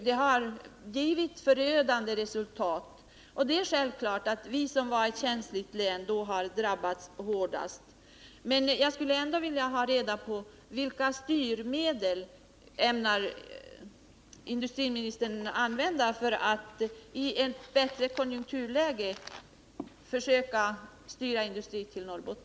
Det har givit förödande resultat, och det är självklart att Norrbotten, som är ett känsligt län, då har drabbats hårdast.